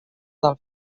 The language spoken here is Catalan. del